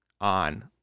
on